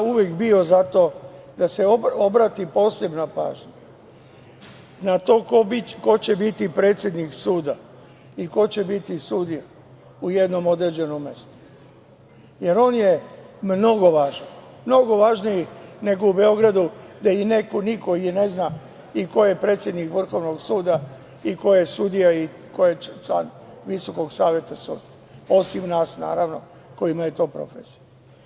Zato sam ja uvek bio za to da se obrati posebna pažnja na to ko će biti predsednik suda i ko će biti sudija u jednom određenom mestu, jer on je mnogo važan, mnogo važniji nego u Beogradu, gde i niko nikoga ne zna i ko je predsednik Vrhovnog suda i ko je sudija i ko je član VSS, osim nas naravno kojima je to profesija.